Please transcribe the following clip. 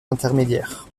intermédiaire